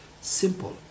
Simple